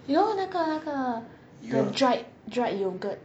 那个那个 the dried dried yogurt